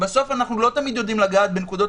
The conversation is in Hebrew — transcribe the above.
בסוף אנחנו לא תמיד יודעים לגעת בנקודות